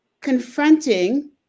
confronting